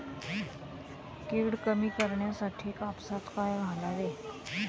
कीड कमी करण्यासाठी कापसात काय घालावे?